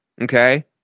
Okay